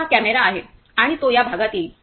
तर हा कॅमेरा आहे आणि तो या भागात येईल